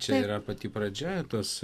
čia yra pati pradžia tos